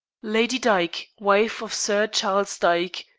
lady dyke, wife of sir charles dyke,